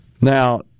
Now